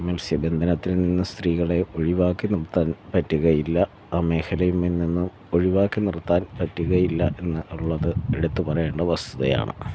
മൽസ്യബന്ധനത്തിൽ നിന്ന് സ്ത്രീകളെ ഒഴിവാക്കി നിർത്താൻ പറ്റുകയില്ല ആ മേഖലയിൽ നിന്നും ഒഴിവാക്കി നിർത്താൻ പറ്റുകയില്ല എന്ന് ഉള്ളത് എടുത്ത് പറയേണ്ട വസ്തുതയാണ്